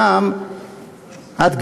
שם את,